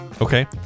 Okay